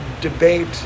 debate